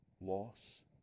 loss